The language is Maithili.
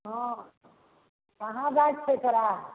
हँ कहाँ जाइके छै तोरा